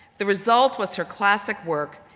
the result was her classic work,